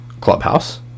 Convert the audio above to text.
clubhouse